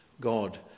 God